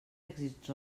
èxits